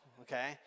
okay